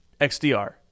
XDR